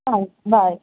ਹਾਂਜੀ ਬਾਏ